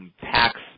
tax